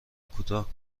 کوتاه